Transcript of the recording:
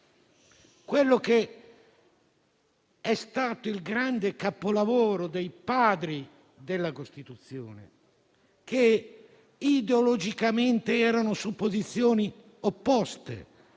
dall'inizio. È stato il grande capolavoro dei Padri della Costituzione, che ideologicamente erano su posizioni opposte,